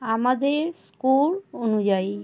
আমাদের স্কোর অনুযায়ী